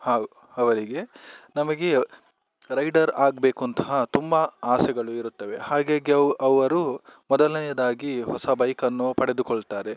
ಹಾಗೆ ಅವರಿಗೆ ನಮಗೆ ರೈಡರ್ ಆಗಬೇಕು ಅಂತಹ ತುಂಬ ಆಸೆಗಳು ಇರುತ್ತವೆ ಹಾಗಾಗಿ ಅವ ಅವರು ಮೊದಲನೆಯದಾಗಿ ಹೊಸ ಬೈಕನ್ನು ಪಡೆದುಕೊಳ್ತಾರೆ